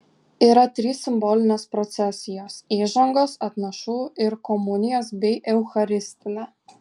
yra trys simbolinės procesijos įžangos atnašų ir komunijos bei eucharistinė